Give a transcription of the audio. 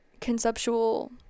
conceptual